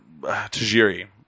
Tajiri